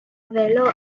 vélo